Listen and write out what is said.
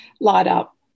light-up